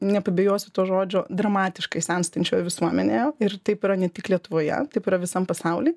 nepabijosiu to žodžio dramatiškai senstančioje visuomenėje ir taip yra ne tik lietuvoje taip yra visam pasauly